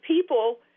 people